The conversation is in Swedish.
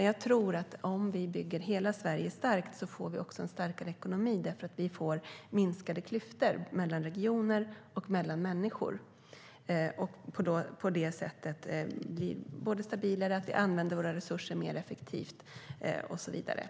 Jag tror att om vi bygger hela Sverige starkt får vi också en starkare ekonomi därför att vi får minskade klyftor mellan regioner och mellan människor. På det sättet blir det hela stabilare, vi använder våra resurser mer effektivt och så vidare.